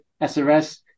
SRS